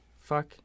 Fuck